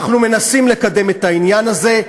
אנחנו מנסים לקדם את העניין הזה,